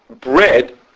bread